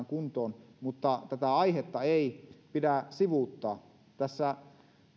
kuntoon mutta tätä aihetta ei pidä sivuuttaa tässä